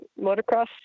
motocross